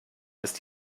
ist